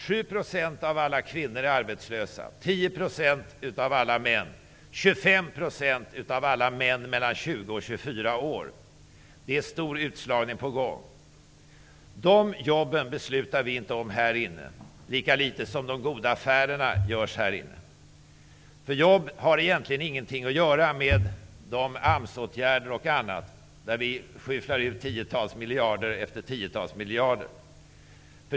7 % av alla kvinnor, 10 % av alla män och 25 % av alla män mellan 20 och 24 år är arbetslösa. Det är en stor utslagning på gång. De här jobben beslutar vi inte om här inne, lika litet som de goda affärerna görs här inne. De AMS åtgärder m.m. genom vilka vi skyfflar ut tiotals miljarder och åter tiotals miljarder har egentligen ingenting att göra med jobb.